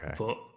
Okay